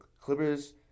Clippers